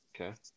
Okay